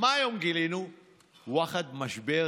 וגם מצידה של